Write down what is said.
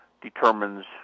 determines